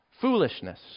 foolishness